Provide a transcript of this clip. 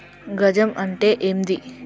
గజం అంటే ఏంది?